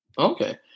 Okay